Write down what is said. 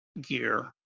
gear